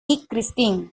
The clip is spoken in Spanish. christine